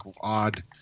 odd